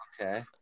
Okay